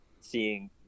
seeing